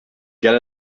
get